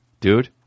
Dude